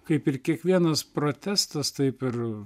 kaip ir kiekvienas protestas taip ir